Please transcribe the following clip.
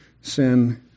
sin